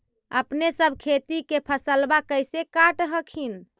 अपने सब खेती के फसलबा कैसे काट हखिन?